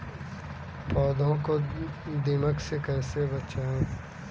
पौधों को दीमक से कैसे बचाया जाय?